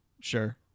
sure